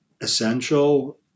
essential